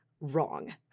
wrong